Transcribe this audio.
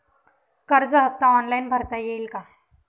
कर्ज हफ्ता ऑनलाईन भरता येईल का?